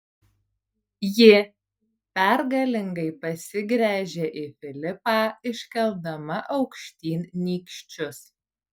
ji pergalingai pasigręžė į filipą iškeldama aukštyn nykščius